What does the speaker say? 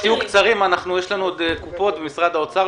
בקצרה כי אנחנו רוצים לשמוע את הקופות ואת משרד האוצר.